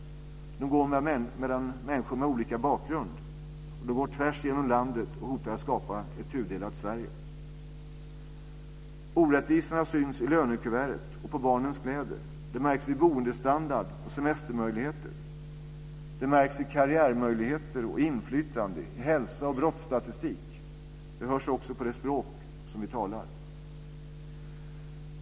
De går mellan människor med olika bakgrund, och de går tvärs igenom landet och hotar att skapa ett tudelat Orättvisorna syns i lönekuvertet och på barnens kläder. De märks på boendestandard och semestermöjligheter. De märks i karriärmöjligheter och inflytande, i hälsa och brottsstatistik. De hörs också på det språk som vi talar.